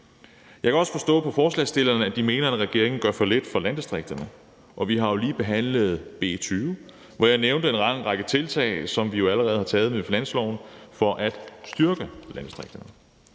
Jeg kan også forstå på forslagsstillerne, at de mener, at regeringen gør for lidt for landdistrikterne. Vi har lige behandlet B 20, hvor jeg nævnte en lang række tiltag, som vi jo allerede har taget i forbindelse med finansloven for at styrke landdistrikterne.